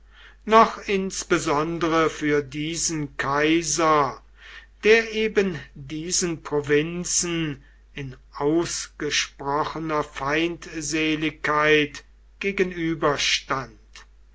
noch insbesondere für diesen kaiser der eben diesen provinzen in ausgesprochener feindseligkeit